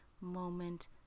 moment